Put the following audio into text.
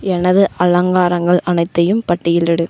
எனது அலங்காரங்கள் அனைத்தையும் பட்டியலிடு